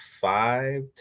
five